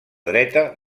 dreta